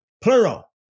plural